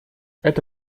это